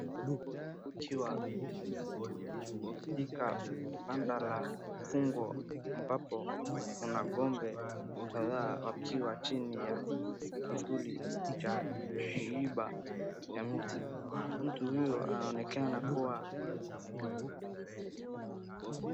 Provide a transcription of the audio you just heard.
Mtu akiwa katika banda la mifugo ambapo kuna ng'ombe kadhaa wakiwa chini ya kivuli cha miiba ya mti. Mtu huyo anaonekana kuwa.